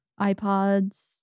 iPods